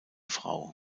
frau